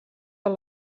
per